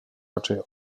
raczej